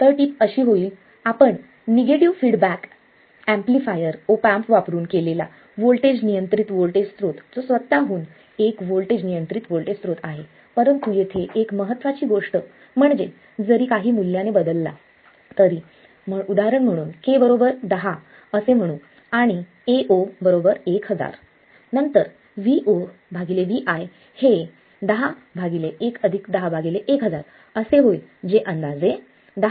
तळ टीप अशी होईल आपण negative feedback amplifier op amp वापरून केलेला व्होल्टेज नियंत्रित व्होल्टेज स्रोत जो स्वत हून एक व्होल्टेज नियंत्रित व्होल्टेज स्रोत आहे परंतु येथे एक महत्त्वाची गोष्ट म्हणजे जरी काही मूल्याने बदलला उदाहरण म्हणून k 10 असे म्हणू आणि Ao1000 नंतर Vo Vi हे 10 1 10 1000 असे होईल जे अंदाजे 100